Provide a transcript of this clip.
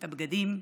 את הבגדים,